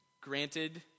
Granted